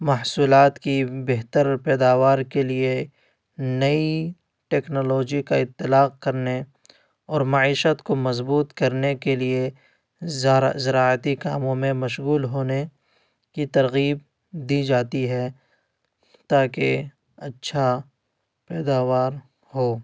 محصولات کی بہتر پیداوار کے لیے نئی ٹیکنالوجی کا اطلاق کرنے اور معیشت کو مضبوط کرنے لیے زراعتی کاموں میں مشغول ہونے کی ترغیب دی جاتی ہے تاکہ اچھا پیداوار ہو